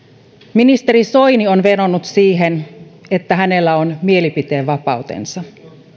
ministeri soini on vedonnut siihen että hänellä on mielipiteen vapautensa